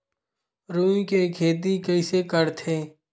रुई के खेती कइसे करथे?